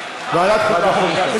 ועדת חוקה, חוק ומשפט.